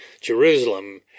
Jerusalem